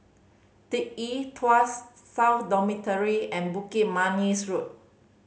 the Yew Tee Tuas South Dormitory and Bukit Manis Road